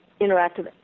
interactive